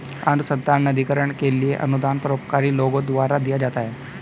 अनुसंधान निधिकरण के लिए अनुदान परोपकारी लोगों द्वारा दिया जाता है